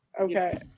Okay